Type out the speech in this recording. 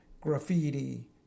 graffiti